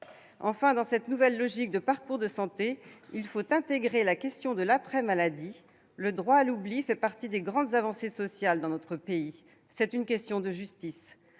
Enfin, dans cette nouvelle logique de parcours de santé, il faut intégrer la question de l'après-maladie. Le droit à l'oubli fait partie des grandes avancées sociales de notre pays. C'est une question de justice.